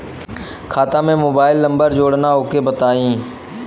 खाता में mobile number जोड़ना ओके बताई?